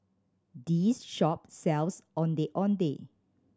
this shop sells Ondeh Ondeh